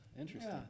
interesting